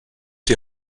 die